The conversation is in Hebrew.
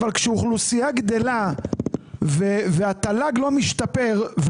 אבל כאשר אוכלוסייה גדלה והתל"ג לא משתפר,